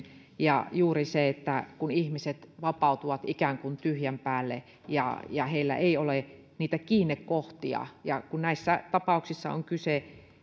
ja juuri se että ihmiset vapautuvat ikään kuin tyhjän päälle ja ja heillä ei ole niitä kiinnekohtia ja kun näissä tapauksissa on kyse